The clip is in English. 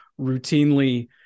routinely